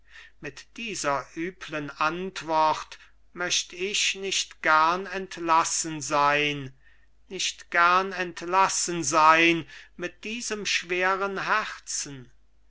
mit dieser übeln antwort möcht ich nicht gern entlassen sein nicht gern entlassen sein mit diesem schweren herzen